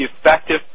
effective